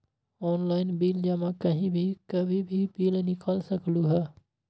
Online bill जमा कहीं भी कभी भी बिल निकाल सकलहु ह?